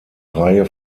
reihe